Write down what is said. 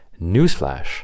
newsflash